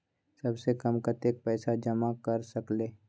सबसे कम कतेक पैसा जमा कर सकेल?